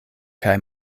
kaj